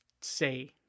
say